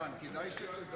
השר ארדן, כדאי שתדע,